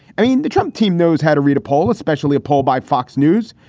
i mean, the trump team knows how to read a poll, especially a poll by fox news.